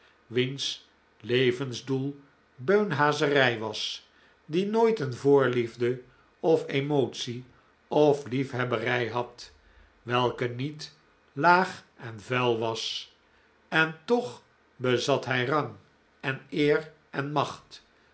wiens levensdoel beunhazerij was die nooit een voorliefde of emotie of lief hebberij had welke niet laag en vuil was en toch bezat hij rang en eer en macht